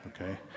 okay